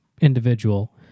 individual